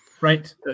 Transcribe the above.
Right